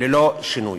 ללא שינוי.